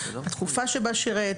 התקופה שבה שירות,